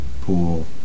pool